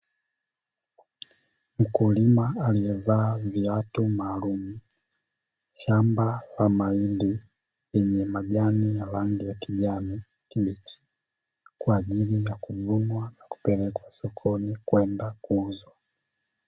Mkulima aliyevaa viatu maalumu, shamba la mahindi yenye majani ya rangi ya kijani kibichi, kwa ajili ya kuvunwa na kupelekwa sokoni kwenda kuuzwa.